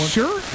sure